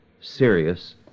serious